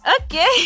okay